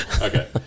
Okay